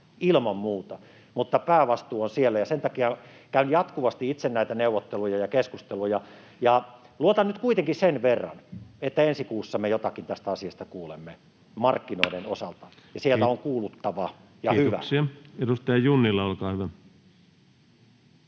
ilman muuta, mutta päävastuu on siellä, ja sen takia käyn jatkuvasti itse näitä neuvotteluja ja keskusteluja. Ja luotan nyt kuitenkin sen verran, että ensi kuussa me jotakin tästä asiasta kuulemme markkinoiden osalta, ja sieltä on kuuluttava, ja hyvää. Kiitoksia. — Edustaja Junnila, olkaa hyvä.